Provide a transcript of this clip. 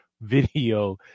video